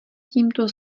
tímto